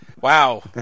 Wow